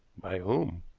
by whom?